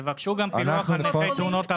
תבקשו גם פילוח על נפגעי תאונות עבודה,